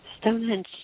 stonehenge